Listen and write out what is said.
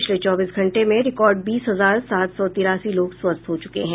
पिछले चौबीस घंटे में रिकॉर्ड बीस हजार सात सौ तिरासी लोग स्वस्थ हो चुके हैं